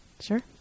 Sure